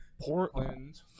Portland